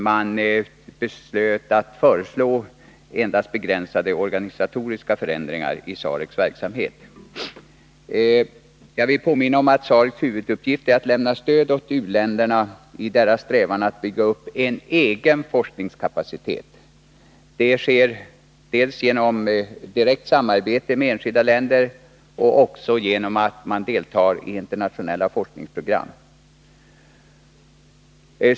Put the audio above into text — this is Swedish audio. Man beslöt att endast föreslå begränsade organisatoriska förändringar i verksamheten. Jag vill också påminna om att SAREC:s huvuduppgift är att lämna stöd till u-länderna i deras strävan att bygga upp en egen forskningskapacitet. Det sker dels genom direkt samarbete med enskilda länder, dels också genom att man deltar i internationella forskningsprogram.